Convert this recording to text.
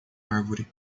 árvore